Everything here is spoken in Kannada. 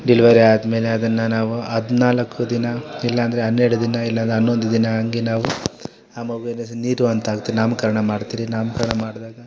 ಡಿಲ್ವರಿ ಆದಮೇಲೆ ಅದನ್ನು ನಾವು ಹದಿನಾಲ್ಕು ದಿನ ಇಲ್ಲಾಂದ್ರೆ ಹನ್ನೆರಡು ದಿನ ಇಲ್ಲಾಂದ್ರೆ ಹನ್ನೊಂದು ದಿನ ಅಂಗೆ ನಾವು ಆ ಮಗುವಿನ ಹೆಸರಿನ ನೀತು ಅಂತ ಹಾಕ್ತೀವಿ ನಾಮಕರಣ ಮಾಡ್ತೀರಿ ನಾಮಕರಣ ಮಾಡ್ದಾಗ